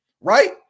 right